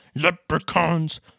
leprechauns